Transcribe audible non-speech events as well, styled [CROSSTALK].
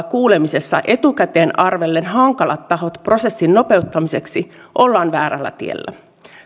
[UNINTELLIGIBLE] kuulemisessa etukäteen arvellen hankalat tahot prosessin nopeuttamiseksi ollaan väärällä tiellä